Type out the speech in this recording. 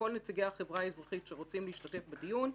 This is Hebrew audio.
כל נציגי החברה האזרחית שרוצים להשתתף בדיון,